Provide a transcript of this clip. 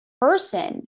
person